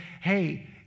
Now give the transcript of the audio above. hey